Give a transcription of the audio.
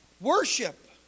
worship